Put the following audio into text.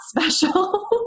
special